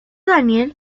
daniel